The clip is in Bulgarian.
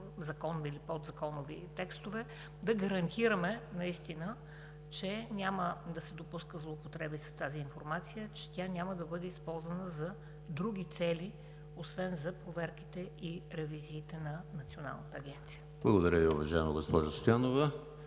законови или подзаконови текстове да гарантираме, че наистина няма да се допускат злоупотреби с тази информация и че тя няма да бъде използвана за други цели освен за проверките и ревизиите на Националната агенция. ПРЕДСЕДАТЕЛ ЕМИЛ ХРИСТОВ: Благодаря